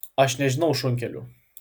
aš nežinau šunkelių